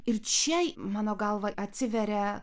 ir čia mano galva atsiveria